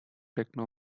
techno